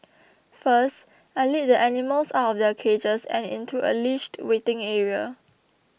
first I lead the animals out of their cages and into a leashed waiting area